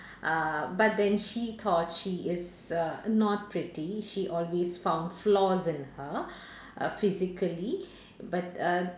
uh but then she thought she is err not pretty she always found flaws in her physically but uh